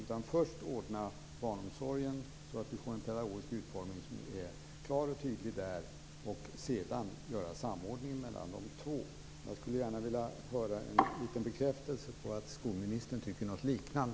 Vi skall först ordna barnomsorgen så att vi får en klar och tydlig pedagogisk utformning där. Sedan får vi samordna de två. Jag skulle gärna vilja höra en bekräftelse på att skolministern tycker något liknande.